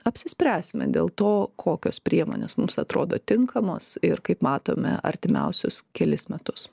apsispręsime dėl to kokios priemonės mums atrodo tinkamos ir kaip matome artimiausius kelis metus